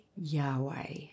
Yahweh